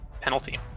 penalty